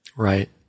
Right